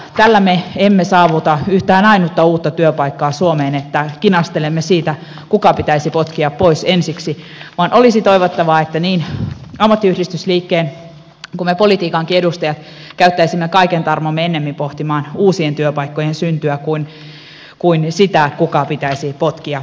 tällä me emme saavuta yhtään ainutta uutta työpaikkaa suomeen että kinastelemme siitä kuka pitäisi potkia pois ensiksi vaan olisi toivottavaa että niin ammattiyhdistysliikkeen kuin me politiikankin edustajat käyttäisimme kaiken tarmomme pohtimaan ennemmin uusien työpaikkojen syntyä kuin sitä kuka pitäisi potkia ensimmäisenä pois